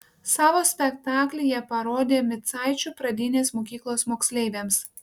savo spektaklį jie parodė micaičių pradinės mokyklos moksleiviams